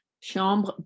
chambre